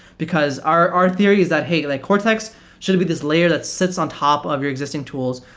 because our our theory is that, hey, like cortex should be this layer that sits on top of your exis ting tools.